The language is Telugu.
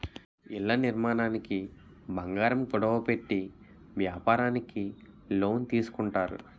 ఇళ్ల నిర్మాణానికి బంగారం కుదువ పెట్టి వ్యాపారానికి లోన్ తీసుకుంటారు